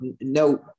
no